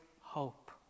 hope